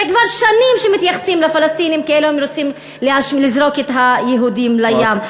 זה כבר שנים שמתייחסים לפלסטינים כאילו הם רוצים לזרוק את היהודים לים.